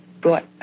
brought